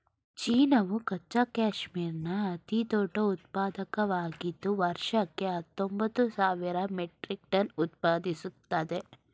ಚೀನಾವು ಕಚ್ಚಾ ಕ್ಯಾಶ್ಮೀರ್ನ ಅತಿದೊಡ್ಡ ಉತ್ಪಾದಕವಾಗಿದ್ದು ವರ್ಷಕ್ಕೆ ಹತ್ತೊಂಬತ್ತು ಸಾವಿರ ಮೆಟ್ರಿಕ್ ಟನ್ ಉತ್ಪಾದಿಸ್ತದೆ